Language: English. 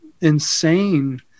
insane